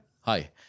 hi